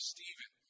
Stephen